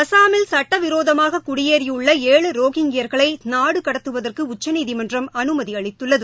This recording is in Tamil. அசாமில் சட்டவிரோதமாக குடியேறியுள்ள ஏழு ரோஹிங்யா்களை நாடு கடத்துவதற்கு உச்சநீதிமன்றம் அனுமதி அளித்துள்ளது